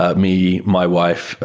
ah me, my wife,